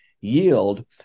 yield